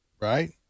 right